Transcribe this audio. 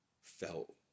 Felt